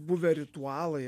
buvę ritualai